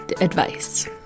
advice